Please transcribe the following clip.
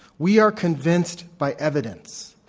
we are convinced by evidence.